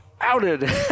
Outed